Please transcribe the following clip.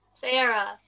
Sarah